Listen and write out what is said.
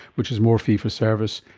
which is more fee-for-service,